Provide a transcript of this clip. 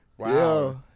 Wow